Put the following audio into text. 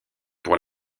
pour